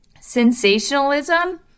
Sensationalism